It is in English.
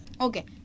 Okay